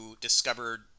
discovered